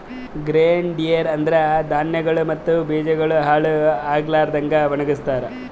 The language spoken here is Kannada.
ಗ್ರೇನ್ ಡ್ರ್ಯೆರ ಅಂದುರ್ ಧಾನ್ಯಗೊಳ್ ಮತ್ತ ಬೀಜಗೊಳ್ ಹಾಳ್ ಆಗ್ಲಾರದಂಗ್ ಒಣಗಸ್ತಾರ್